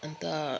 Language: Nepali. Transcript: अन्त